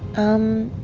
um.